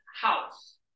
house